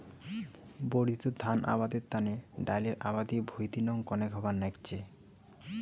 বর্ধিত ধান আবাদের তানে ডাইলের আবাদি ভুঁই দিনং কণেক হবার নাইগচে